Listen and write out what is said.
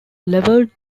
levelled